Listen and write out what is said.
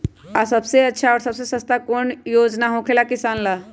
आ सबसे अच्छा और सबसे सस्ता कौन योजना होखेला किसान ला?